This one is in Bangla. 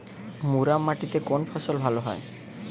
মুরাম মাটিতে কোন ফসল ভালো হয়?